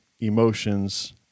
emotions